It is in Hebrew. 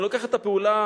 אני לוקח את הפעולה,